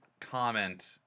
comment